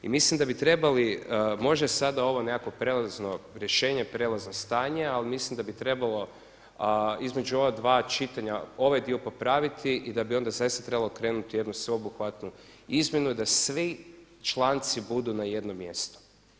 Mislim da bi trebali, možda je sada ovo nekakvo prelazno rješenje, prelazno stanje ali mislim da bi trebalo između ova dva čitanja ovaj dio popraviti i da bi onda zaista trebalo krenuti u jednu sveobuhvatnu izmjenu i da svi članci budu na jednom mjestu.